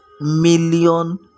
million